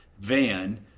van